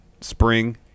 spring